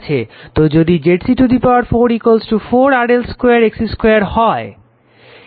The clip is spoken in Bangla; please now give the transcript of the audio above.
তো যদি ZC 4 4 RL 2 XC 2 হয়